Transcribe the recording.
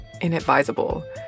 inadvisable